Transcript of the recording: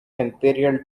imperial